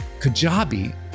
Kajabi